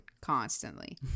constantly